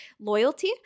loyalty